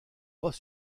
pas